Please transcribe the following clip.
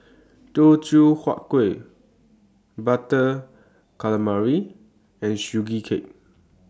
Teochew Huat Kueh Butter Calamari and Sugee Cake